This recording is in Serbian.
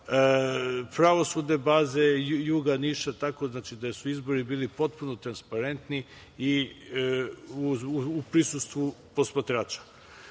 pravosudne baze juga, Niša, tako da su izbori bili potpuno transparentni i u prisustvu posmatrača. Nakon